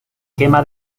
quema